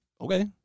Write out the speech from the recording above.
Okay